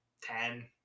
ten